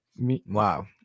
Wow